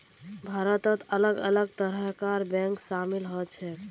भारतत अलग अलग तरहर बैंक शामिल ह छेक